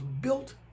built